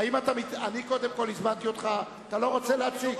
אני קודם כול הזמנתי אותך, אתה לא רוצה להציג?